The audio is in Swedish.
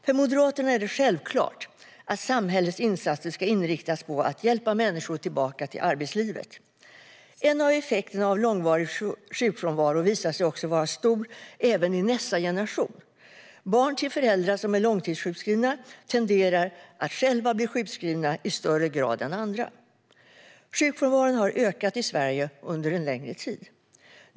För Moderaterna är det självklart att samhällets insatser ska inriktas på att hjälpa människor tillbaka till arbetslivet. En av effekterna av långvarig sjukfrånvaro visar sig vara stor även i nästa generation: Barn till föräldrar som är långtidssjukskrivna tenderar att själva bli sjukskrivna i högre grad än andra. Sjukfrånvaron har ökat i Sverige under en längre tid.